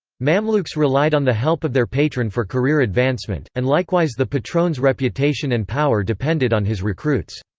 mamluks relied on the help of their patron for career advancement, and likewise the patron's reputation and power depended on his recruits.